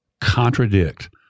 contradict